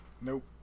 Nope